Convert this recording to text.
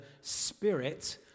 Spirit